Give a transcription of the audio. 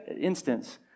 instance